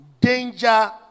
danger